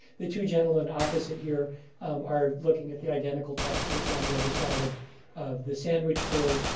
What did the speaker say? the two gentlemen opposite here are looking at the identical text that's on the other side of of the sandwich board.